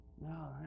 No